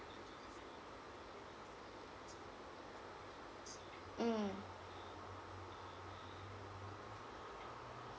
mm